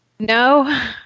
No